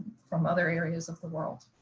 from other areas of the world.